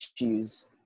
issues